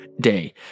day